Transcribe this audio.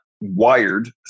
wired